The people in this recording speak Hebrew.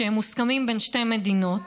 שמוסכמים בין שתי מדינות,